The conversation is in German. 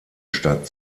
stadt